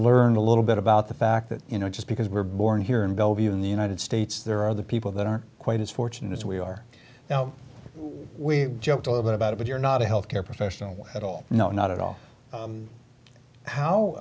learn a little bit about the fact that you know just because we're born here in bellevue in the united states there are other people that aren't quite as fortunate as we are now we joked a little bit about it but you're not a healthcare professional at all no not at all how how